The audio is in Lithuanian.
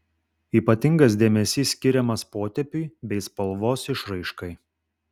ypatingas dėmesys skiriamas potėpiui bei spalvos išraiškai